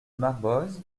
marboz